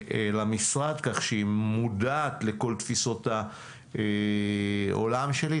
כך שהיא מודעת לכל תפיסות העולם שלי.